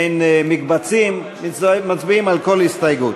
אין מקבצים, מצביעים על כל הסתייגות.